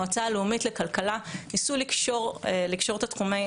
המועצה הלאומית לכלכלה ניסו לקשור את התחומים